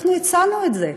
אנחנו הצענו את זה.